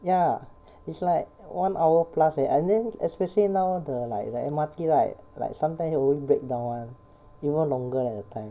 ya it's like one hour plus leh and then especially now the like like M_R_T right like sometimes always breakdown [one] even longer leh the time